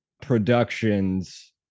productions